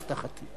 למרות הבטחתי,